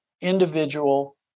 individual